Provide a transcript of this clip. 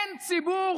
אין ציבור